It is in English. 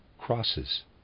crosses